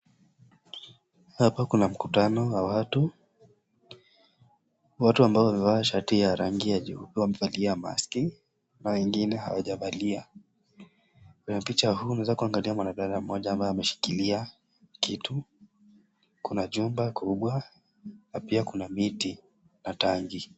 Hapa kuna mkutano wa watu na watu wamvaa shati za rangi nyeupe na wamevaliaa maski na wengine hawajavalia. Kwenye picha hii unaweza kumwona mwanadada mmoja ambaye ameshikilia kitu. Kuna jumba kubwa na pia kuna miti na tanki.